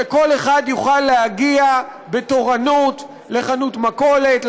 שכל אחד יוכל להגיע לחנות מכולת תורנית,